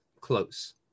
Close